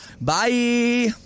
Bye